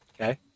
Okay